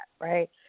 right